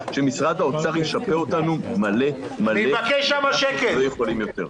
משרד האוצר ישפה אותנו מלא מלא כי אנחנו לא יכולים יותר.